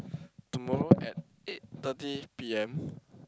tomorrow at eight thirty P_M